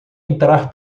entrar